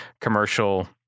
commercial